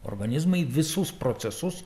organizmai visus procesus